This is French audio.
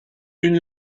une